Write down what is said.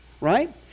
Right